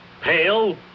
pale